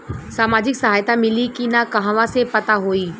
सामाजिक सहायता मिली कि ना कहवा से पता होयी?